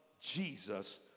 Jesus